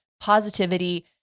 positivity